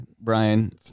Brian